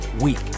week